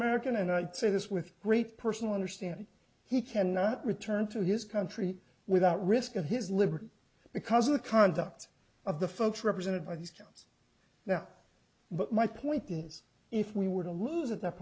american and i say this with great personal understanding he cannot return to his country without risking his liberty because of the conduct of the folks represented by these terms now but my point is if we were to lose at that